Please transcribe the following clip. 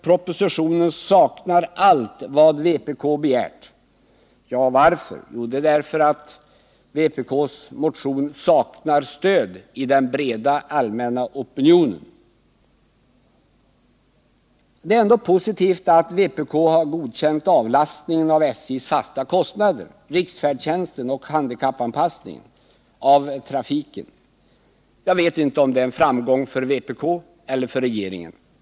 Propositionen saknar allt vad vpk begärt, säger Bertil Måbrink och undrar varför. Ja, det är därför att vpk:s motioner saknar stöd i den breda allmänna opinionen. Det är ändå positivt att vpk har godkänt avlastningen av SJ:s fasta kostnader, riksfärdtjänsten och handikappanpassningen av trafiken. Jag vet inte om det är en framgång för vpk eller för regeringen.